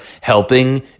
helping